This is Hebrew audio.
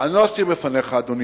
אדוני